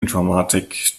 informatik